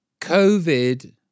COVID